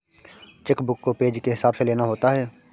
check book को page के हिसाब से लेना होता है